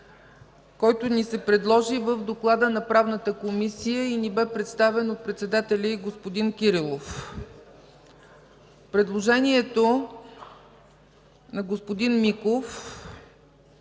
който ни се предложи в доклада на Правната комисия и ни бе представен от председателя й господин Кирилов. Предложението на господин Миков